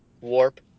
warp